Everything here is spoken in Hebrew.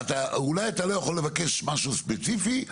אולי אתה לא יכול לבקש משהו ספציפי,